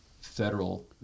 federal